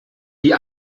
die